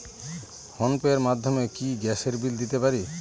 Phone pay র মাধ্যমে কি গ্যাসের বিল দিতে পারি?